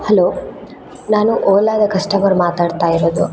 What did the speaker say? hello ನಾನು ಓಲಾದ customer ಮಾತಾಡ್ತಾಯಿರೋದು